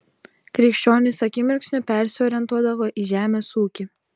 krikščionys akimirksniu persiorientuodavo į žemės ūkį